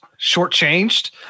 shortchanged